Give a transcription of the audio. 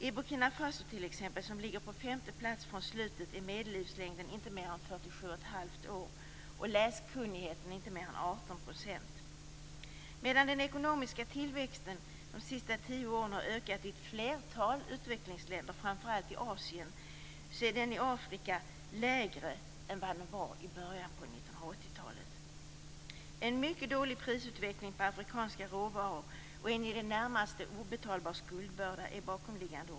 I Burkina Faso - som ligger på femte plats från slutet - är medellivslängden inte mer än 47 1⁄2 år och läskunnigheten inte mer än 18 %. Medan den ekonomiska tillväxten under de senaste tio åren har ökat i ett flertal utvecklingsländer, framför allt i Asien, är den i Afrika lägre än vad den var i början av 1980-talet.